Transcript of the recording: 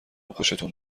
خوشتون